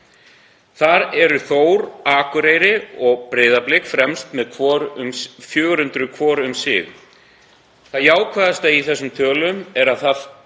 Þar eru Þór, Akureyri og Breiðablik fremst með 400 hvort um sig. Það jákvæðasta í þessum tölum er að